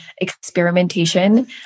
experimentation